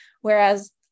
whereas